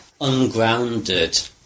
ungrounded